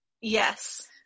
Yes